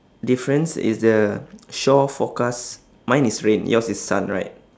difference is the shore forecast mine is rain yours is sun right